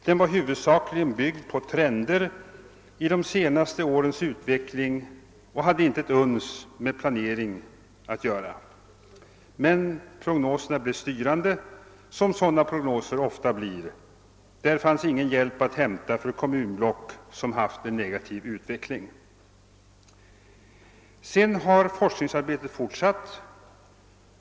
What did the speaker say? Den var huvud-, sakligen byggd på trender i de senaste årens utveckling och hade inte ett uns med planering att göra. Men prognoserna blev styrande som sådana prognoser. ofta blir. Där fanns ingen hjälp att hämta för kommunblock som haft en negativ utveckling. Sedan har forskningsarbetet fortsatt.